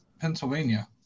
Pennsylvania